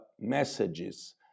messages